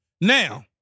Now